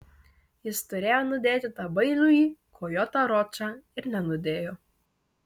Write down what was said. jis turėjo nudėti tą bailųjį kojotą ročą ir nenudėjo